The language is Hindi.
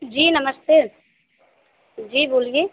जी नमस्ते जी बोलिए